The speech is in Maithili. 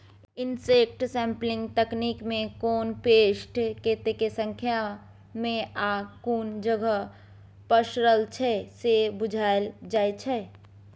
इनसेक्ट सैंपलिंग तकनीकमे कोन पेस्ट कतेक संख्यामे आ कुन जगह पसरल छै से बुझल जाइ छै